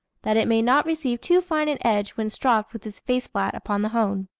that it may not receive too fine an edge when stropped with its face flat upon the hone.